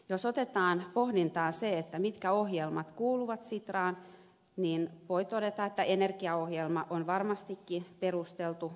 jos otetaan pohdintaan se mitkä ohjelmat kuuluvat sitraan niin voi todeta että energiaohjelma on varmastikin perusteltu